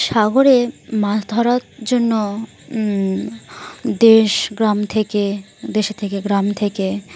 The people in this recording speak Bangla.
সাগরে মাছ ধরার জন্য দেশ গ্রাম থেকে দেশে থেকে গ্রাম থেকে